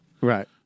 Right